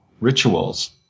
rituals